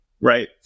right